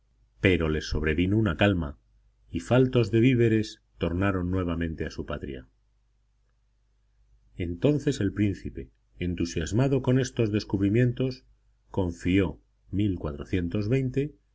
pero les sobrevino una calma y faltos de víveres tornaron nuevamente a su patria entonces el príncipe entusiasmado con estos descubrimientos confió una